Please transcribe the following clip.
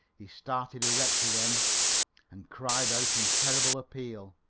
he started erect again and cried out in terrible appeal